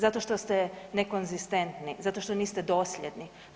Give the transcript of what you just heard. Zato što ste nekonzistentni, zato što niste dosljedni.